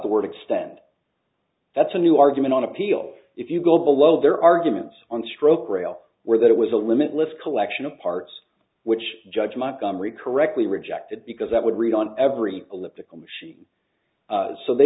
the word extent that's a new argument on appeal if you go below their arguments on the stroke rail where that was a limitless collection of parts which judge montgomery correctly rejected because that would read on every elliptical machine so they